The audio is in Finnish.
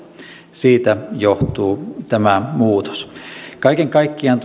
siitä johtuu tämä muutos kaiken kaikkiaan